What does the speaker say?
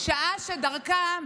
שעה שרגלם